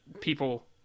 people